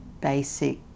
basic